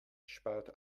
spart